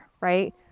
right